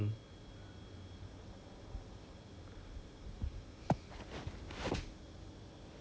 which is why I'm worried about Xin Mei also because I don't know whether you know 有没有东西讲